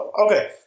Okay